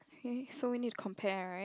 hey so we need to compare [right]